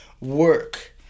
work